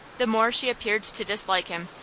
the more she appeared to dislike him,